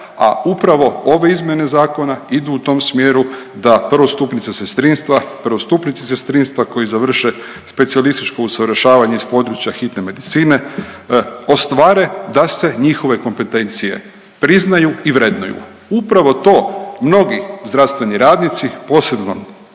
a upravo ove izmjene zakona idu u tom smjeru da prvostupnice sestrinstva, prvostupnici sestrinstva koji završe specijalističko usavršavanje iz područja hitne medicine, ostvare da se njihove kompetencije priznaju i vrednuju. Upravo to mnogi zdravstveni radnici posebno